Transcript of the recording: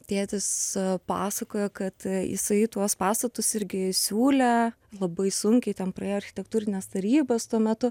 tėtis pasakojo kad jisai tuos pastatus irgi siūlė labai sunkiai ten praėjo architektūrines tarybas tuo metu